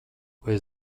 vai